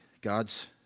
God's